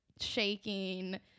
shaking